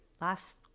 last